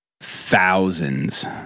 thousands